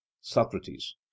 Socrates